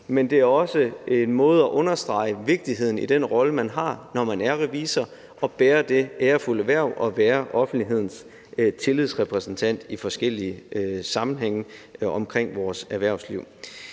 men det er også en måde at understrege vigtigheden på af den rolle, man har, når man er revisor og bærer det ærefulde hverv at være offentlighedens tillidsrepræsentant i forskellige sammenhænge omkring vores erhvervsliv.